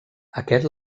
aquest